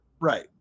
Right